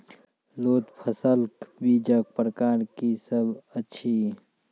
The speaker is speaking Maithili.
लोत फसलक बीजक प्रकार की सब अछि?